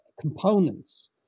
components